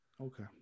Okay